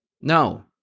No